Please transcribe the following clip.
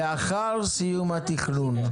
לאחר סיום התכנון.